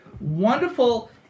wonderful